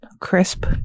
crisp